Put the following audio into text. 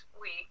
week